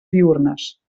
diürnes